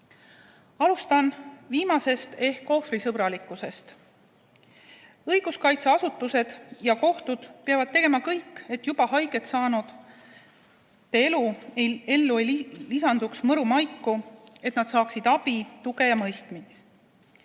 Alustan viimasest ehk ohvrisõbralikkusest. Õiguskaitseasutused ja kohtud peavad tegema kõik, et juba haiget saanute ellu ei lisanduks mõru maiku, et nad leiaksid abi, tuge ja mõistmist.